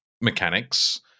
mechanics